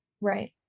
right